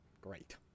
Great